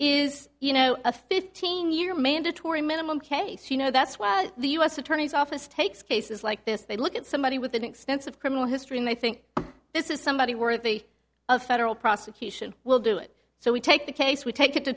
is you know a fifteen year mandatory minimum case you know that's what the u s attorney's office takes cases like this they look at somebody with an extensive criminal history and i think this is somebody worthy of federal prosecution will do it so we take the case we take it to